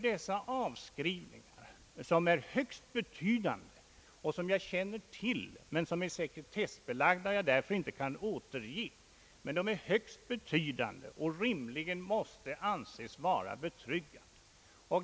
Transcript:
Dessa avskrivningar är högst betydande. Jag känner till dem, men som de är sekretessbelagda kan jag inte närmare gå in på dem.